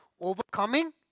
overcoming